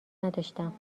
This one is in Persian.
نداشتم